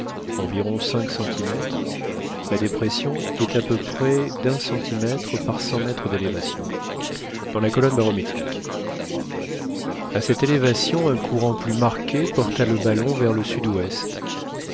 cinq centimètres la dépression est à peu prés dun centimètre par cent mètres délévation dans la colonne barométrique a cette élévation un courant plus marqué porta le ballon vers le sudouest